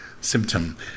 symptom